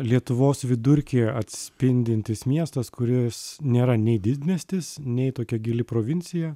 lietuvos vidurkį atspindintis miestas kuris nėra nei didmiestis nei tokia gili provincija